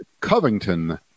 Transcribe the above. covington